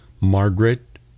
Margaret